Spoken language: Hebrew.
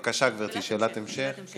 כן, בבקשה, גברתי, שאלת המשך.